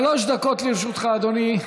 שלוש דקות לרשותך, אדוני.